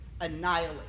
annihilate